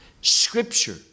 scripture